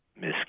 Miss